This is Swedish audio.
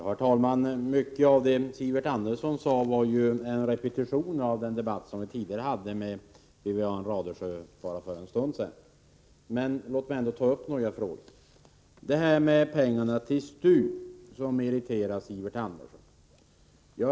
Herr talman! Mycket av det som Sivert Andersson sade var en repetition av den debatt som vi hade för en stund sedan med Wivi-Anne Radesjö. Låt mig ändå ta upp några frågor. Pengarna till STU irriterar tydligen Sivert Andersson.